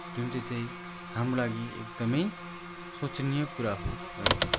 जुन चाहिँ चाहिँ हाम्रो लागि एकदमै सोचनिय कुरा हो है